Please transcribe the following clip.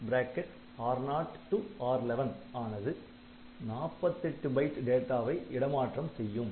R0 R11 ஆனது 48 byte டேட்டாவை இடமாற்றம் செய்யும்